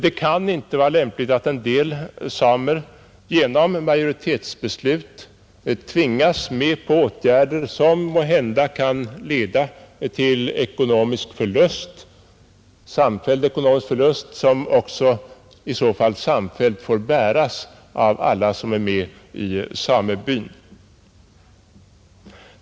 Det kan inte vara lämpligt att en del samer genom majoritetsbeslut tvingas med på åtgärder som måhända kan leda till samfälld ekonomisk förlust, vilken i så fall också samfällt får bäras av alla som är med i samebyn.